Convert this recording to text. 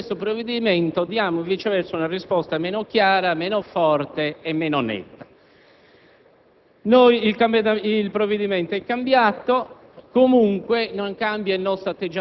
Di fronte ad un'opinione pubblica che chiede una risposta chiara, netta e forte